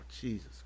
Jesus